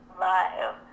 live